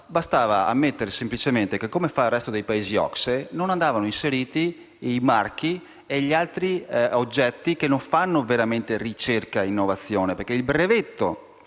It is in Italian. Bastava ammettere semplicemente che, come fa il resto dei Paesi OCSE, non andavano inseriti i marchi e gli altri oggetti che non fanno veramente ricerca e innovazione. È il brevetto